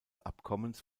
abkommens